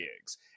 gigs